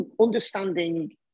understanding